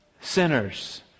sinners